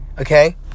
okay